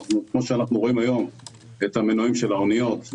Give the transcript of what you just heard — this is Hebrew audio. כמו שאנחנו רואים היום אצלנו במוסכים את המנועים של האוניות,